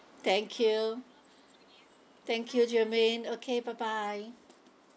thank you thank you jermaine okay bye bye